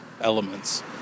elements